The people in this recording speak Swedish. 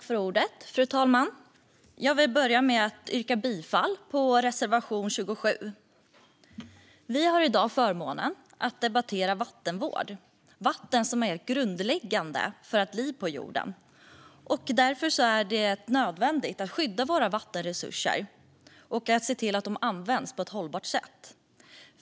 Fru talman! Jag vill börja med att yrka bifall till reservation 27. Vi har i dag förmånen att debattera vattenvård. Vatten är grundläggande för allt liv på jorden, och därför är det nödvändigt att skydda våra vattenresurser och se till att de används på ett hållbart sätt.